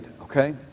okay